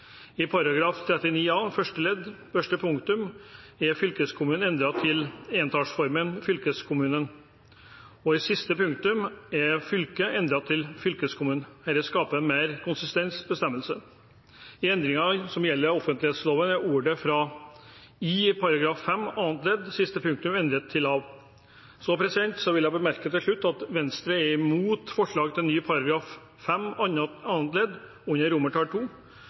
I § 39 a første ledd første punktum er «fylkeskommunene» endret til entallsformen «fylkeskommunen», og i siste punktum er «fylket» endret til «fylkeskommunen». Dette skaper mer konsistens i bestemmelsen. I endringen som gjelder offentlighetsloven, er ordet «frå» i § 5 annet ledd siste punktum endret til «av». Til slutt vil jeg bemerke at Venstre er imot forslaget til ny § 5 annet ledd under